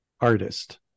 artist